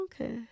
Okay